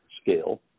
scale